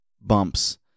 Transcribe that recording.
bumps